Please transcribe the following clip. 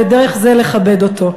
ודרך זה לכבד אותו.